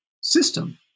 system